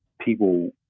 people